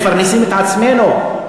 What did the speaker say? מפרנסים את עצמנו,